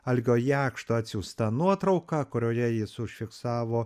algio jakšto atsiųstą nuotrauką kurioje jis užfiksavo